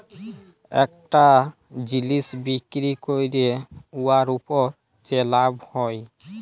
ইকটা জিলিস বিক্কিরি ক্যইরে উয়ার উপর যে লাভ হ্যয়